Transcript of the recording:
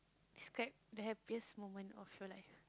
describe the happiest moment of your life